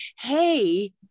hey